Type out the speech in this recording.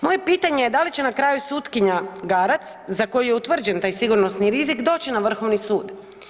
Moje pitanje je, da li će na kraju sutkinja GArac za koju je utvrđen taj sigurnosni rizik doći na Vrhovni sud?